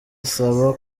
asaba